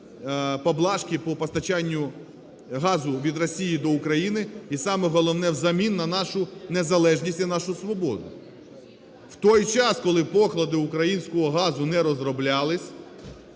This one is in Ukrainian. поблажки по постачанню газу від Росії до України і саме головне – взамін на нашу незалежність і нашу свободу. В той час, коли поклади українського газу не розроблялися